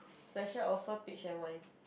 special offer peach and wine